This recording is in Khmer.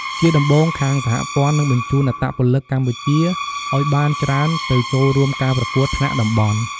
ជាដំបូងខាងសហព័ន្ធនឹងបញ្ជូនអត្តពលិកកម្ពុជាឲ្យបានច្រើនទៅចូលរួមការប្រកួតថ្នាក់តំបន់។